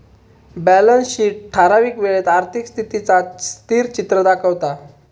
balance sheet ठरावीक वेळेत आर्थिक स्थितीचा स्थिरचित्र दाखवता